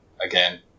again